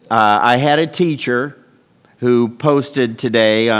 i had a teacher who posted today